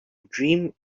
dream